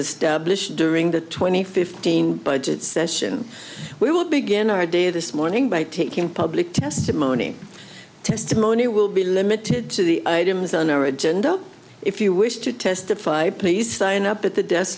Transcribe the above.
established during the twenty fifteen budget session we will begin our day this morning by taking public testimony testimony will be limited to the items on our agenda if you wish to testify please sign up at the desk